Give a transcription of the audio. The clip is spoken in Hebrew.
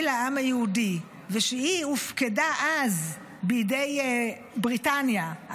לעם היהודי ושהיא הופקדה אז בידי בריטניה,